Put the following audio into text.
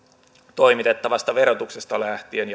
toimitettavasta verotuksesta lähtien